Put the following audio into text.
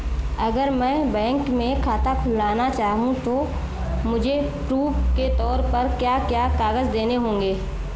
अगर मैं बैंक में खाता खुलाना चाहूं तो मुझे प्रूफ़ के तौर पर क्या क्या कागज़ देने होंगे?